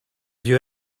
you